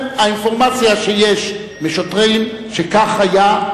הוא אומר: האינפורמציה שיש משוטרים שכך היה,